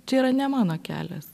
čia yra ne mano kelias